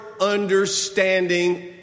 understanding